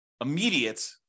immediate